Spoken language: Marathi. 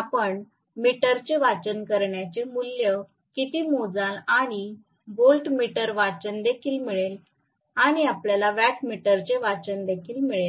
आपण मीटरचे वाचन करण्याचे मूल्य किती मोजाल आणि व्होल्टमीटर वाचन देखील मिळेल आणि आपल्याला वॅटमीटरचे वाचन देखील मिळेल